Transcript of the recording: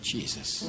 Jesus